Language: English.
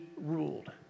ruled